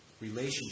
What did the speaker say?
relationship